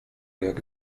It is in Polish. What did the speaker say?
jak